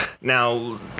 Now